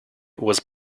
was